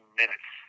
minutes